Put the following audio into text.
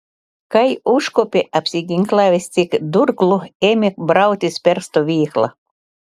kai užkopė apsiginklavęs tik durklu ėmė brautis per stovyklą